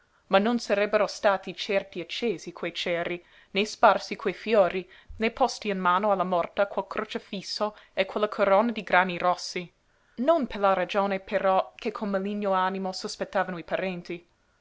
ma non sarebbero stati certo accesi quei ceri né sparsi quei fiori né posti in mano alla morta quel crocefisso e quella corona di grani rossi non per la ragione però che con maligno animo sospettavano i parenti